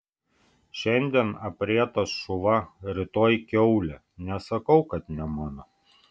šiandien aprietas šuva rytoj kiaulė nesakau kad ne mano